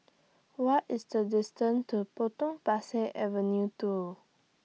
What IS The distance to Potong Pasir Avenue two